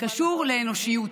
קשור לאנושיות,